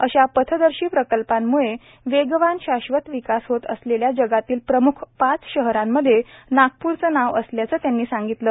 अशा पथदर्शी प्रकल्पांम्ळे वेगाने शाश्वत विकास होत असलेल्या जगातील प्रम्ख पाच शहरांमध्ये नागपूरचे नाव असल्याचे त्यांनी सांगितले